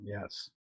yes